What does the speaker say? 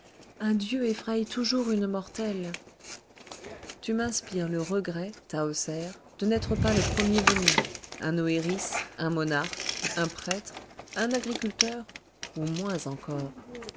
un dieu effraie toujours une mortelle tu m'inspires le regret tahoser de n'être pas le premier venu un oëris un monarque un prêtre un agriculteur ou moins encore